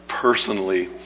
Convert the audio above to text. personally